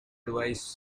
advise